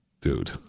dude